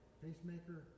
pacemaker